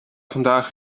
vandaag